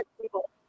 People